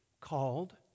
called